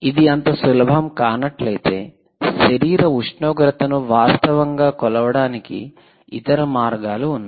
ఇది అంత సులభం కానట్లయితే శరీర ఉష్ణోగ్రతను వాస్తవంగా కొలవడానికి ఇతర మార్గాలు ఉన్నాయి